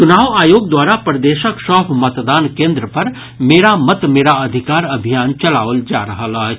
चुनाव आयोग द्वारा प्रदेशक सभ मतदान केन्द्र पर मेरा मत मेरा अधिकार अभियान चलाओल जा रहल अछि